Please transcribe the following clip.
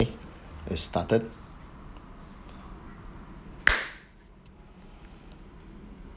eh it started